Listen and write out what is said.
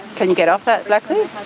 can you get off that blacklist?